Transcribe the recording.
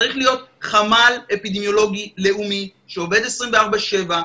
צריך להיות חמ"ל אפידמיולוגי לאומי שעובד 24/7,